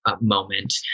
moment